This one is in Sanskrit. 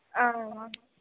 आमामाम्